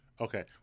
Okay